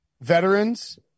veterans